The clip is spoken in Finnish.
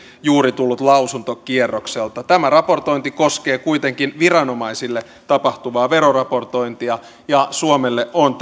juuri tullut lausuntokierrokselta tämä raportointi koskee kuitenkin viranomaisille tapahtuvaa veroraportointia ja suomelle on